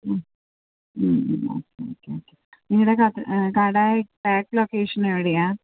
മ്മ് hmm hmm okay okay okay നിങ്ങളുടെ കട correct location എവിടെയാണ്